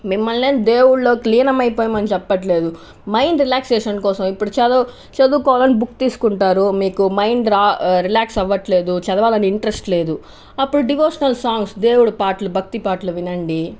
మిమ్మల్నినెం దేవుళ్ళోకి లీనమైపోవాలని చెప్పట్లేదు మైండ్ రిలాక్సేషన్ కోసం ఇప్పుడు చదువుకోవాలి చదువుకోవాలని బుక్ తీసుకుంటారు మీకు మైండ్ రిలాక్స్ అవ్వట్లేదు చదవాలని ఇంట్రెస్ట్ లేదు అప్పుడు డివోషనల్ సాంగ్స్ దేవుడు పాటలు భక్తి పాటలు వినండి